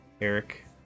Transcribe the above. eric